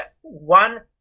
one